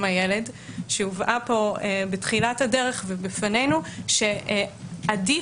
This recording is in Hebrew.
הילד שהובאה כאן בתחילת הדרך והובעה בפנינו לפיה עדיף